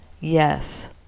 Yes